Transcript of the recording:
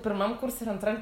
pirmam kurse ir antram